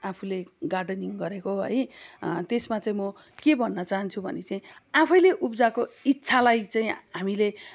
आफुले गार्डनिङ गरेको है त्यसमा चाहिँ म के भन्न चाहन्छु भने चाहिँ आफैले उब्जाएको इच्छालाई चाहिँ हामीले